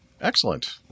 Excellent